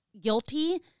guilty